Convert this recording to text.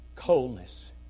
Coldness